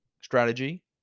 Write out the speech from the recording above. strategy